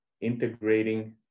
integrating